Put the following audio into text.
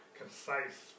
concise